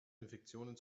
infektionen